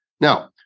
Now